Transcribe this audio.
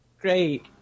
Great